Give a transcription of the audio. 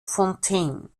fontaine